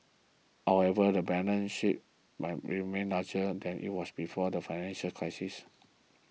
however the balance sheet might remain larger than it was before the financial crisis